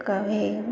कभी